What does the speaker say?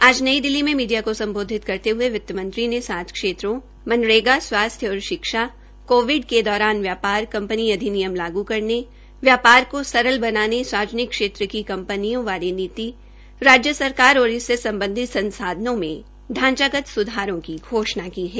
आज नई दिल्ली में मीडिया को सम्बोधित करते हये वित्तमंत्री ने सात क्षेत्रों मनरेगा स्वास्थ्य और शिक्ष कोविड के दौरान व्यापार कंपनी अधिनियम लागू करने व्यापार को सरल बनाने सार्वजनिक क्षेत्र की कंपनियों बारे नीति राज्य सरकार और इससे सम्बधित संस्थानों में शांचागत स्धारों को घोषणा की है